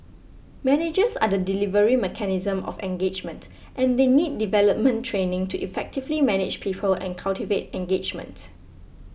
managers are the delivery mechanism of engagement and they need development training to effectively manage people and cultivate engagement